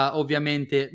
ovviamente